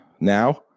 now